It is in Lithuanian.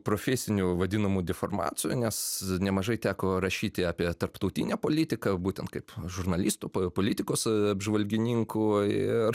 profesinių vadinamų deformacijų nes nemažai teko rašyti apie tarptautinę politiką būtent kaip žurnalisto po politikos apžvalgininko ir